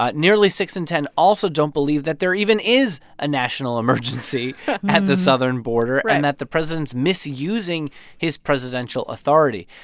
ah nearly six in ten also don't believe that there even is a national emergency at the southern border and that the president is misusing his presidential authority.